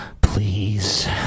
Please